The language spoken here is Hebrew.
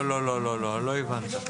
לא, לא, לא הבנת.